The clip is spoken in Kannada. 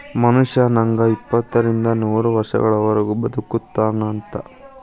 ಮನುಷ್ಯ ನಂಗ ಎಪ್ಪತ್ತರಿಂದ ನೂರ ವರ್ಷಗಳವರಗು ಬದಕತಾವಂತ